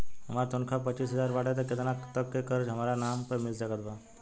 हमार तनख़ाह पच्चिस हज़ार बाटे त केतना तक के कर्जा हमरा नाम पर मिल सकत बा?